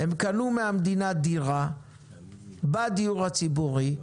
הם קנו מהמדינה דירה בדיור הציבורי,